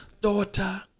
daughter